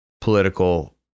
political